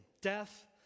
Death